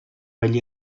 bella